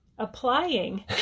applying